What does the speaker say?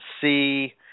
see